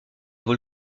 vaut